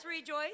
rejoice